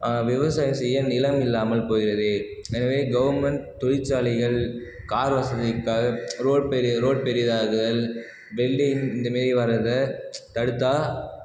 விவசாயம் செய்ய நிலம் இல்லாமல் போய்கிறது எனவே கவுர்மெண்ட் தொழிற்சாலைகள் கார் வசதிக்காக ரோடு பெரிய ரோடு பெரியதாகுதல் பில்டிங் இந்த மாதிரி வர்றத தடுத்தால்